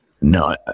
No